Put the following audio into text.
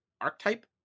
archetype